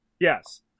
Yes